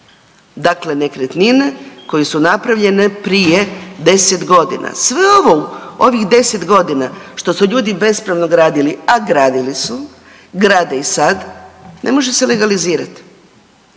dakle nekretnine koje su napravljene prije 10.g.. Sve ovo u ovih 10.g. što su ljudi bespravno gradili, a gradili su, grade i sad, ne može se legalizirat.